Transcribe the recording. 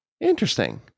Interesting